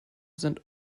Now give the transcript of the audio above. sind